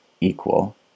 equal